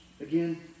Again